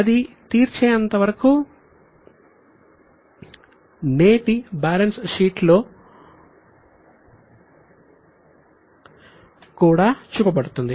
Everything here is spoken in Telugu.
అది తీర్చే అంతవరకూ నేటి బ్యాలెన్స్ షీట్ లో కూడా చూపబడుతుంది